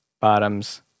bottoms